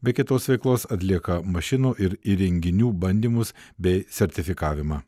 be kitos veiklos atlieka mašinų ir įrenginių bandymus bei sertifikavimą